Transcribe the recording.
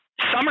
summer